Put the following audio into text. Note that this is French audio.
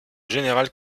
général